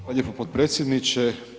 Hvala lijepo potpredsjedniče.